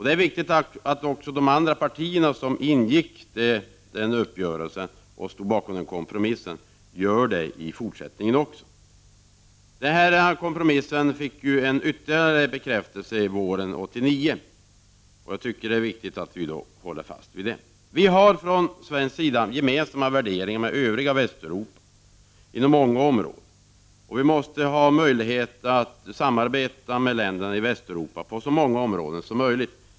Det är viktigt att också de andra partier som stod bakom denna kompromiss, som bekräftades våren 1989, gör det också i fortsättningen. Vi har på svensk sida inom många områden gemensamma värderingar med det övriga Västeuropa, och vi måste ha möjlighet att samarbeta med länderna i Västeuropa i så många avseenden som möjligt.